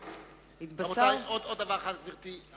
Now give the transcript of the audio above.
עוד דבר אחד, גברתי.